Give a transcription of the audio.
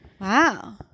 Wow